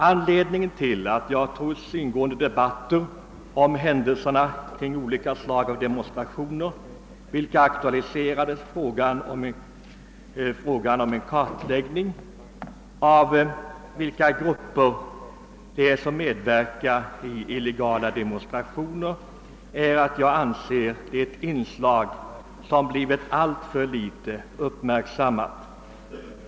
Anledningen till att jag — trots ingående debatter om händelserna kring olika slag av demonstrationer — ville aktualisera frågan om en kartläggning av vilka grupper det är som medverkar i illegala demonstrationer är att jag anser att detta är något som blivit alltför litet uppmärksammat.